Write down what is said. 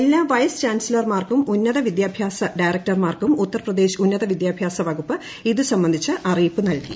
എല്ലാ വൈസ് ചാൻസലർമാർക്കും ഉന്നത വിദ്യാഭ്യാസ ഡയറക്ടർമാർക്കും ഉത്തർപ്രദേശ് ഉന്നത വിദ്യാഭ്യാസ വകുപ്പ് ഇതു സംബന്ധിച്ചു് അറിയിപ്പ് നൽകി